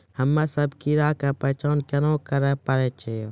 हम्मे सभ्भे कीड़ा के पहचान केना करे पाड़ै छियै?